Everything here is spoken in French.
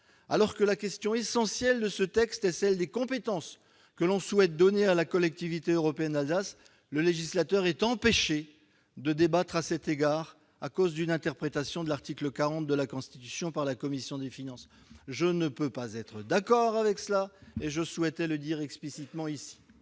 Alors que la question essentielle de ce texte est celle des compétences que l'on souhaite attribuer à la Collectivité européenne d'Alsace, le législateur est empêché de débattre à cet égard à cause d'une interprétation de l'article 40 de la Constitution par la commission des finances. Je ne peux être d'accord avec cela, et je souhaitais le dire explicitement ce